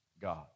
God